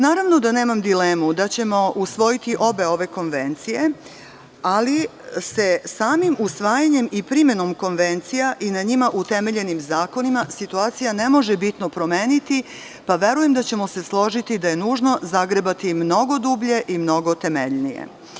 Naravno da nemam dilemu da ćemo usvojiti obe ove konvencije, ali se samim usvajanjem i primenom konvencija i na njima utemeljenim zakonima situacija ne može bitno promeniti, pa verujem da ćemo se složiti da je nužno zagrebati mnogo dublje i mnogo temeljnije.